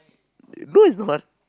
no it's not